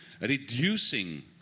reducing